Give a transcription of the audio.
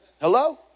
Hello